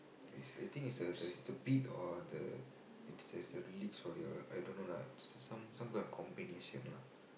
uh is I think is the beat or the it says the lyrics for your I don't know lah it's some some kind combination lah